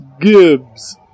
Gibbs